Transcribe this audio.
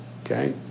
okay